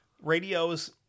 radios